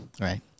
Right